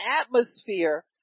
atmosphere